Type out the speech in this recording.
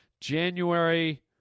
January